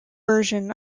version